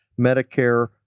Medicare